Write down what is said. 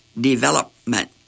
development